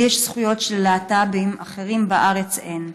לי יש זכויות של להט"בים, לאחרים בארץ אין.